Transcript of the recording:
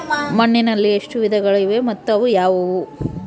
ಮಣ್ಣಿನಲ್ಲಿ ಎಷ್ಟು ವಿಧಗಳಿವೆ ಮತ್ತು ಅವು ಯಾವುವು?